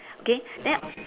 okay then